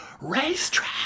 racetrack